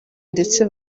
ndetse